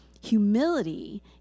humility